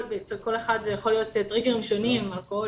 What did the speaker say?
אצל כל אחד אלה יכולים להיות טריגרים שונים: אלכוהול,